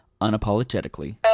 unapologetically